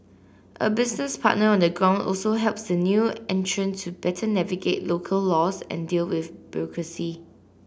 a business partner on the ground also helps the new entrant to better navigate local laws and deal with bureaucracy